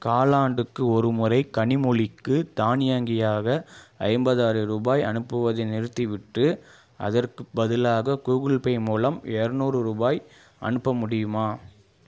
காலாண்டுக்கு ஒருமுறை கனிமொழிக்கு தானியங்கியாக ஐம்பதாயிரம் ரூபாய் அனுப்புவதை நிறுத்திவிட்டு அதற்குப் பதிலாக கூகுள் பே மூலம் இரநூறு ரூபாய் அனுப்ப முடியுமா